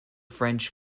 french